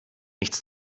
nichts